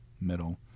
middle